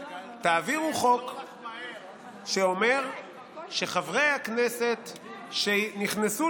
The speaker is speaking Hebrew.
תעבירו חוק שאומר שחברי הכנסת שנכנסו